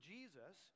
Jesus